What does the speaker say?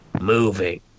moving